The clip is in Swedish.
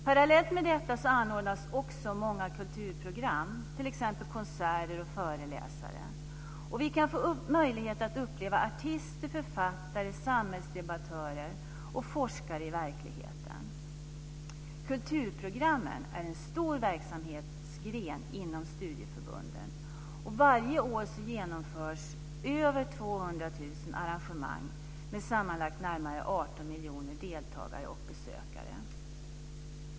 Parallellt med detta anordnas också många kulturprogram, t.ex. konserter och föreläsningar. Vi kan få möjlighet att uppleva artister, författare, samhällsdebattörer och forskare i verkligheten. Kulturprogram är en stor verksamhetsgren inom studieförbunden. Varje år genomförs över 200 000 arrangemang med sammanlagt närmare 18 miljoner deltagare och besökare.